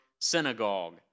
synagogue